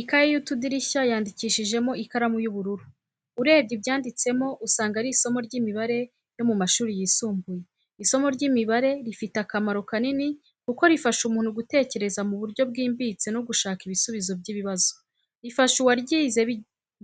Ikayi y'utudirishya yandikishijemo ikaramu y'ubururu. Urebye ibyanditsemo usanga ari isomo ry'imibare yo mu mashuri yisumbuye. Isomo ry’imibare rifite akamaro kanini kuko rifasha umuntu gutekereza mu buryo bwimbitse no gushaka ibisubizo by’ibibazo. Rifasha uwaryize